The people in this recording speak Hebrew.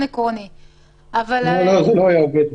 זה לא היה עובד,